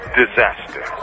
disaster